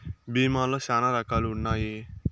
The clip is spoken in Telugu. భీమా లో శ్యానా రకాలు ఉన్నాయి